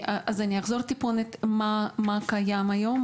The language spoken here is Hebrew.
אחזור קצת על מה שקיים היום,